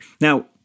Now